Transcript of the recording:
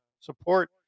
support